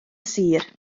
sir